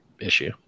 issue